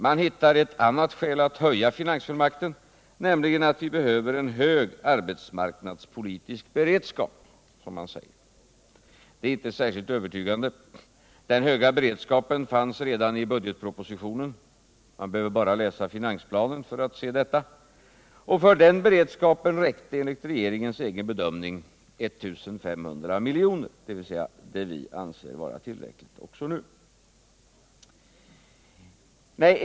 Den hittar ett annat skäl för att höja finansfullmakten, nämligen att vi behöver en hög arbetsmarknadspolitisk beredskap. Det skälet är inte särskilt övertygande. Den höga beredskapen fanns redan i budgetpropositionen —- man behöver bara läsa finansplanen för att se detta — och för den beredskapen räckte enligt regeringens egen bedömning 1 500 milj.kr., dvs. vad vi anser tillräckligt även nu.